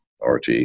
RT